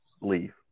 leave